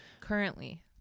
Currently